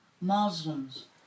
Muslims